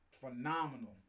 Phenomenal